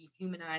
dehumanize